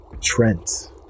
Trent